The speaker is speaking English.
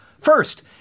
First